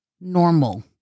normal